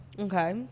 okay